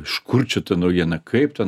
iš kur čia ta naujiena kaip ta